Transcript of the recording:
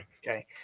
Okay